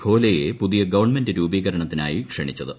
ഗോലെയെ പുതിയ ഗവൺമെന്റ് രൂപീകരണത്തിനായി ക്ഷണിച്ചത്